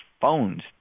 phones